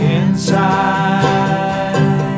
inside